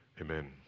Amen